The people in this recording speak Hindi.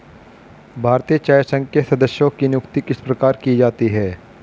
भारतीय चाय संघ के सदस्यों की नियुक्ति किस प्रकार की जाती है?